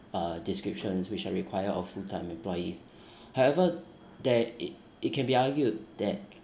uh descriptions which are required of full time employees however that it it can be argued that